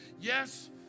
Yes